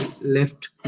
left